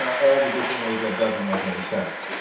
all the different ways that doesn't make any sense